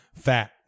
fat